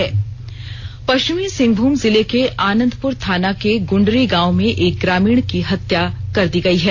हत्या पश्चिमी सिंहभूम जिले के आनंदपुर थाना के गुंडरी गांव में एक ग्रामीण की हत्या की दी गई है